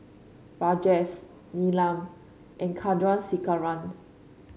Rajesh Neelam and Chandrasekaran